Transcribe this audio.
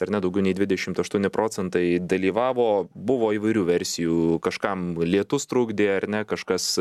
ar ne daugiau nei dvidešimt aštuoni procentai dalyvavo buvo įvairių versijų kažkam lietus trukdė ar ne kažkas